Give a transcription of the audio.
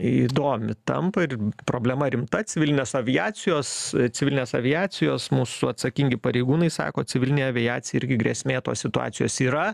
įdomi tampa ir problema rimta civilinės aviacijos civilinės aviacijos mūsų atsakingi pareigūnai sako civilinei aviacijai irgi grėsmė tos situacijos yra